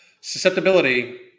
susceptibility